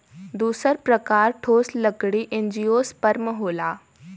दूसर प्रकार ठोस लकड़ी एंजियोस्पर्म होला